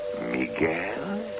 Miguel